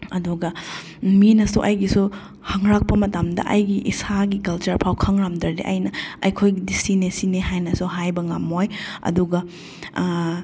ꯑꯗꯨꯒ ꯃꯤꯅꯁꯨ ꯑꯩꯒꯤꯁꯨ ꯍꯪꯉꯂꯛꯄ ꯃꯇꯝꯗ ꯑꯩꯒꯤ ꯏꯁꯥꯒꯤ ꯀꯜꯆꯔ ꯐꯥꯎꯕ ꯈꯪꯉꯂꯝꯗ꯭ꯔꯗꯤ ꯑꯩꯅ ꯑꯩꯈꯣꯏꯒꯤꯗꯤ ꯁꯤꯅꯦ ꯁꯤꯅꯦ ꯍꯥꯏꯅꯁꯨ ꯍꯥꯏꯕ ꯉꯝꯃꯣꯏ ꯑꯗꯨꯒ